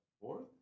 fourth